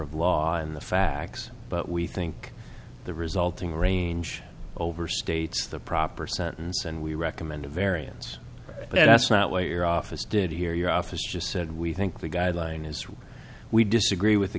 of law in the facts but we think the resulting range overstates the proper sentence and we recommend a variance but that's not what your office did here your office just said we think the guideline is we disagree with the